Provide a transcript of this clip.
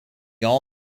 all